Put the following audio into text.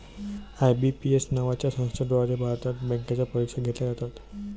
IBPS नावाच्या संस्थेद्वारे भारतात बँकांच्या परीक्षा घेतल्या जातात